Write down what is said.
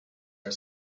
are